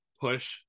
push